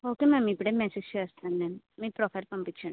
okay ma'am ఇప్పుడే message చేస్తాను నేను మీ ప్రొఫైల్ పంపించండి